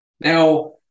Now